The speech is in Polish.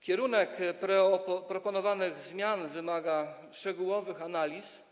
Kierunek proponowanych zmian wymaga szczegółowych analiz.